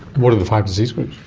what are the five disease groups?